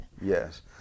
Yes